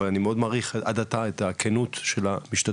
אבל אני מאוד מעריך עד עתה את הכנות של המשתתפים.